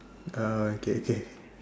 uh okay okay